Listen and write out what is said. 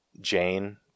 Jane